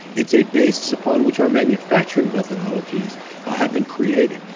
it's a basis upon which our manufacturing methodologies have been created.